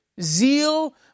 zeal